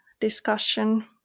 discussion